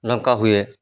ଢ଼ଙ୍କା ହୁଏ